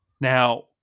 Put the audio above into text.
Now